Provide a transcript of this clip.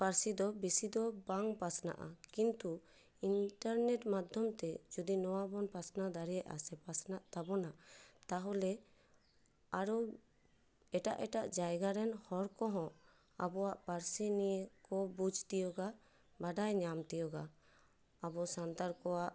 ᱯᱟᱹᱨᱥᱤ ᱫᱚ ᱵᱮᱥᱤ ᱫᱚ ᱵᱟᱝ ᱯᱟᱥᱱᱟᱜᱼᱟ ᱠᱤᱱᱛᱩ ᱤᱱᱴᱟᱨᱱᱮᱴ ᱢᱟᱫᱽᱫᱷᱚᱢ ᱛᱮ ᱡᱩᱫᱤ ᱱᱚᱣᱟ ᱵᱚᱱ ᱯᱟᱥᱱᱟᱣ ᱫᱟᱲᱮᱭᱟᱜ ᱥᱮ ᱯᱟᱥᱱᱟᱜ ᱛᱟᱵᱚᱱᱟ ᱛᱟᱦᱚᱞᱮ ᱟᱨᱚ ᱮᱴᱟᱜ ᱮᱴᱟᱜ ᱡᱟᱭᱜᱟ ᱨᱮᱱ ᱦᱚᱲ ᱠᱚᱦᱚᱸ ᱟᱵᱚᱭᱟᱜ ᱯᱟᱹᱨᱥᱤ ᱱᱤᱭᱮ ᱠᱚ ᱵᱩᱡᱽ ᱛᱤᱭᱳᱜᱟ ᱵᱟᱰᱟᱭ ᱧᱟᱢ ᱛᱤᱭᱳᱜᱟ ᱟᱵᱚ ᱥᱟᱱᱛᱟᱲ ᱠᱚᱣᱟᱜ